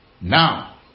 Now